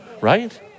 Right